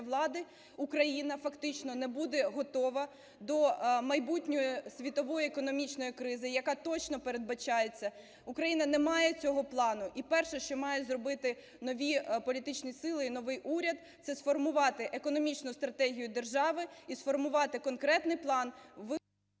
влади, Україна фактично не буде готова до майбутньої світової економічної кризи, яка точно передбачається, Україна не має цього плану. І перше, що мають зробити нові політичні сили і новий уряд, це сформувати економічну стратегію держави і сформувати конкретний план…